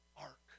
ark